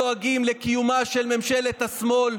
חוק האזרחות לחצי שנה,